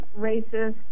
racist